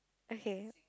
okay